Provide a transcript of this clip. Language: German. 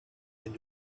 wenn